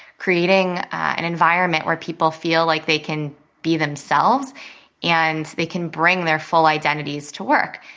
creating an environment where people feel like they can be themselves and they can bring their full identities to work.